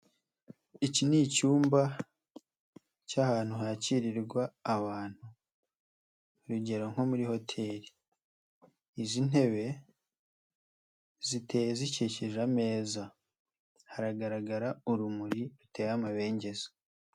Iki ni icyumba cy'ahantu hakirirwa abantu. urugero nko muri hoteli. Izi ntebe ziteye zikikije ameza, haragaragara urumuri ruteye amabengeza.